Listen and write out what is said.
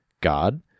God